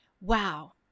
Wow